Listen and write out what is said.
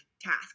task